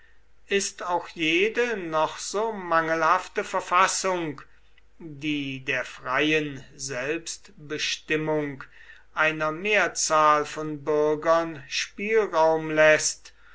ist auch jede noch so mangelhafte verfassung die der freien selbstbestimmung einer mehrzahl von bürgern spielraum läßt